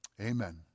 Amen